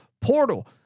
Portal